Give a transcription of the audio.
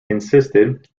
insisted